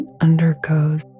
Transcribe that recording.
undergoes